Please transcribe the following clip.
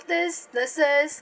doctors nurses